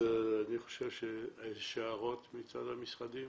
האם יש הערות מצד המשרדים?